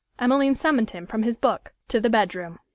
emmeline summoned him from his book to the bedroom.